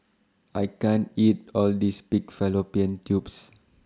I can't eat All This Pig Fallopian Tubes